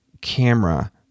camera